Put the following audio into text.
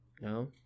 No